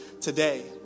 today